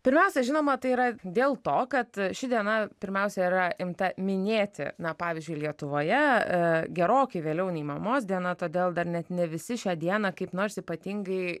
pirmiausia žinoma tai yra dėl to kad ši diena pirmiausia yra imta minėti na pavyzdžiui lietuvoje gerokai vėliau nei mamos diena todėl dar net ne visi šią dieną kaip nors ypatingai